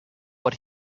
what